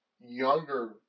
younger